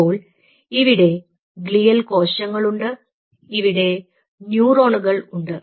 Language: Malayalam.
അപ്പോൾ ഇവിടെ ഗ്ലിയൽ കോശങ്ങളുണ്ട് ഇവിടെ ന്യൂറോണുകൾ ഉണ്ട്